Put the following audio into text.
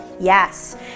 yes